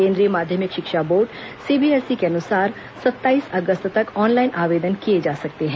केन्द्रीय माध्यमिक शिक्षा बोर्ड सीबीएसई के अनुसार सत्ताईस अगस्त तक ऑनलाइन आवेदन किए जा सकते हैं